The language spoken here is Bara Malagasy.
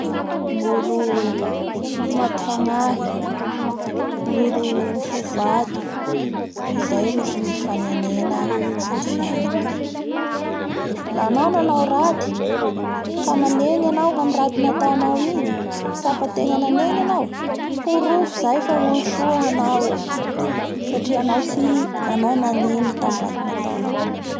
Gnolo fa maty fanahy, gnolo fo vato izay ro tsy misy fanenena amin'ny fiegna toy laha anao ananao ratsy ka nanengny anao ny amin'ny raty anataonao igny, nahatsampatena fa nanegny anao, porofo zay fa olosoa hanao oo, satria anao tsy-- nanegny tamin'ny raty nataonao.